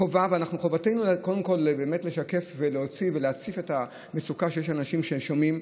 חובתנו קודם כול באמת לשקף ולהוציא ולהציף את המצוקה של אנשים שונים.